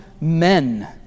men